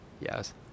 Yes